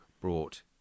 brought